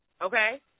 okay